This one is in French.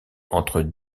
entre